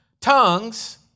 Tongues